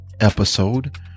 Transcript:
episode